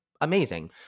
Amazing